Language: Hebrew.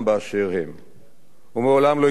הוא מעולם לא התייחס לאויב בזלזול,